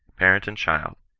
parent and child,